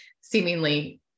seemingly